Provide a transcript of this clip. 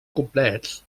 complets